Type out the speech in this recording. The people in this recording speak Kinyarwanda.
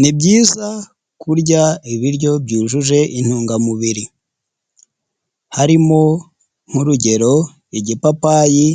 Ni byiza kurya ibiryo byujuje intungamubiri, harimo nk'urugero igipapayi